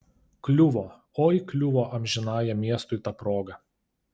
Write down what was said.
kliuvo oi kliuvo amžinajam miestui ta proga